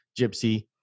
Gypsy